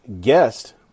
guest